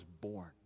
born